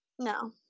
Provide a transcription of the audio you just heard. No